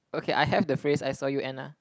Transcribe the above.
okay I have the phrase I saw you Anna